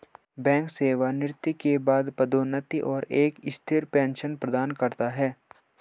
bank सेवानिवृत्ति के बाद पदोन्नति और एक स्थिर पेंशन प्रदान करता है